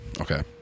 Okay